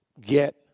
get